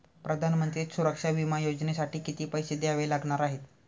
प्रधानमंत्री सुरक्षा विमा योजनेसाठी किती पैसे द्यावे लागणार आहेत?